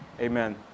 amen